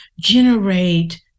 generate